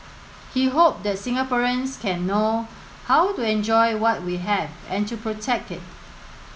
he hoped that Singaporeans can know how to enjoy what we have and to protect it